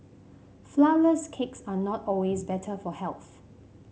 flourless cakes are not always better for health